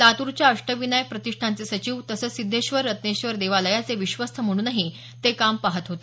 लातूरच्या अष्टविनायक प्रतिष्ठानचे सचिव तसंच सिद्धेश्वर रत्नेश्वर देवालयाचे विश्वस्त म्हणूनही ते काम पाहात होते